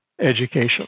education